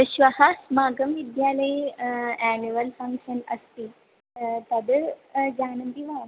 श्वः अस्माकं विद्यालये आनुवल् फ़ङ्क्षन् अस्ति तद् जानन्ति वा